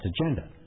agenda